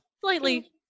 slightly